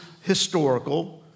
historical